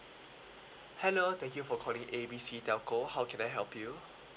hello thank you for calling A B C telco how can I help you